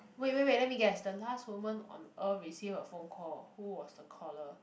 wait wait wait let me guess the last women on earth received a phone call who was the caller